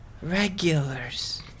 Regulars